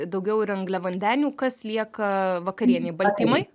daugiau ir angliavandenių kas lieka vakarienei baltymai